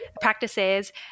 practices